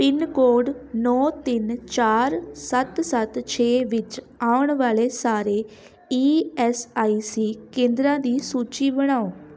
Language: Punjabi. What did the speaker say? ਪਿੰਨਕੋਡ ਨੋਂ ਤਿੰਨ ਚਾਰ ਸੱਤ ਸੱਤ ਛੇ ਵਿੱਚ ਆਉਣ ਵਾਲੇ ਸਾਰੇ ਈ ਐੱਸ ਆਈ ਸੀ ਕੇਂਦਰਾਂ ਦੀ ਸੂਚੀ ਬਣਾਓ